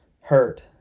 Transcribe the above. hurt